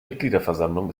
mitgliederversammlung